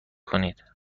کنید